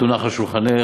תונח על שולחנך,